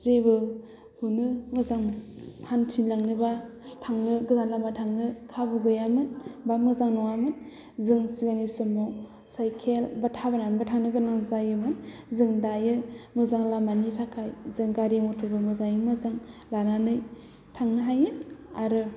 जेबोखौनो मोजां हान्थिलांनोबा थांनो गोजान लामा थांनो खाबु गैयामोन बा मोजां नङामोन जों सिगांनि समाव साइखेल बा थाबायनानैबो थांनो गोनां जायोमोन जों दायो मोजां लामानि थाखाय जों गारि मथरबो मोजाङै मोजां लानानै थांनो हायो आरो